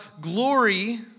glory